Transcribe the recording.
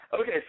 okay